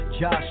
Josh